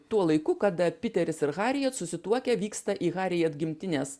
tuo laiku kada piteris ir hariet susituokia vyksta į hariet gimtinės